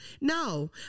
No